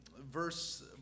Verse